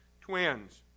twins